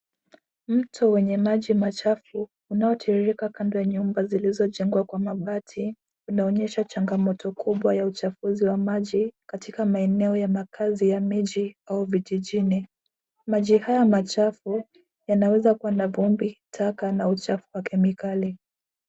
Mto wenye maji machafu unaotiririka kabla ya nyumba zilizojengwa kwa mabati unaonyesha changamoto kubwa ya uchafuzi wa maji katika maeneo ya makazi ya miji au vijijini ,maji haya machafu yanaweza kuwa na vumbi, taka na uchafu wa kemikali.